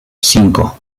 cinco